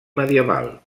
medieval